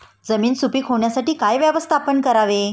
जमीन सुपीक होण्यासाठी काय व्यवस्थापन करावे?